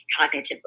cognitively